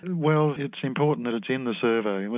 and well it's important that it's in the survey.